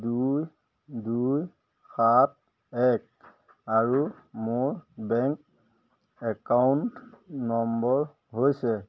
দুই দুই সাত এক আৰু মোৰ বেংক একাউণ্ট নম্বৰ হৈছে